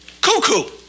Cuckoo